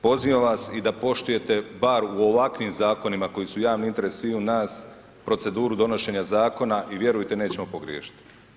Pozivam vas i da poštujete bar u ovakvim zakonima koji su javni interes sviju nas, proceduru donošenja zakona i vjerujte nećemo pogriješit.